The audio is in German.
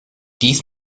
dies